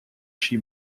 she